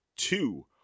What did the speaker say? Two